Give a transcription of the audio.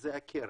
זו הקרן.